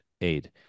aid